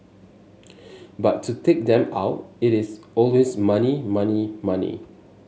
but to take them out it is always money money money